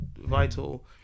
vital